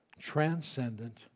transcendent